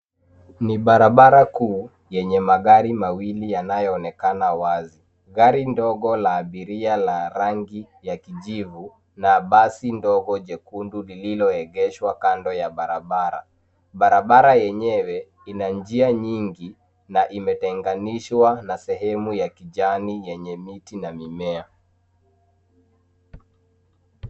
Ni barabara kuu yenye magari mawili yanayoonekana wazi. Gari ndogo la abiria la rangi ya kijivu na basi ndogo jekundu lililoegeshwa kando ya barabara. Barabara yenyewe ina njia nyingi na imetenganishwa na sehemu ya kijani yenye miti na mimea.